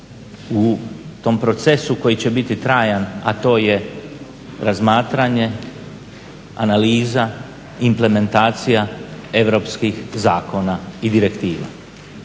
u tom procesu koji će biti trajan, a to je razmatranje, analiza i implementacija europskih zakona i direktiva.